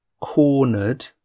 cornered